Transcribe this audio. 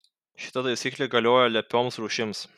šita taisyklė galioja lepioms rūšims